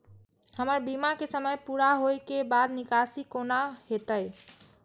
हमर बीमा के समय पुरा होय के बाद निकासी कोना हेतै?